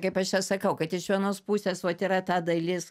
kaip aš čia sakau kad iš vienos pusės vat yra ta dalis